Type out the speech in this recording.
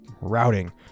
routing